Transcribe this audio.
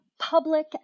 public